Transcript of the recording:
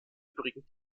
übrigen